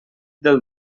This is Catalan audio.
del